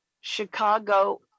Chicago